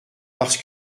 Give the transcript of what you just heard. parce